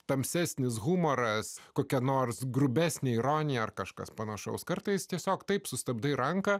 tamsesnis humoras kokia nors grubesnė ironija ar kažkas panašaus kartais tiesiog taip sustabdai ranką